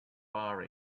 far